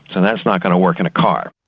and that's not going to work in a car.